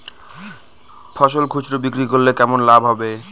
ফসল খুচরো বিক্রি করলে কেমন লাভ হবে?